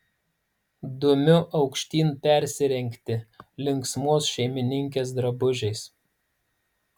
dumiu aukštyn persirengti linksmos šeimininkės drabužiais